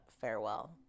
farewell